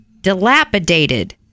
dilapidated